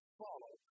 follow